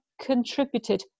contributed